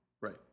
Right